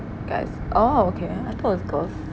guys oh okay ah I thought is girls